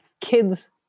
kids